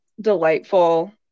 delightful